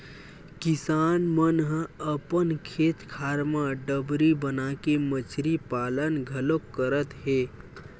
किसान मन ह अपन खेत खार म डबरी बनाके मछरी पालन घलोक करत हे